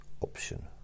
option